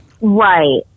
Right